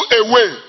away